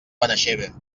benaixeve